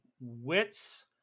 wits